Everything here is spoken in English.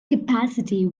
capacity